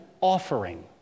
offering